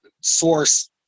source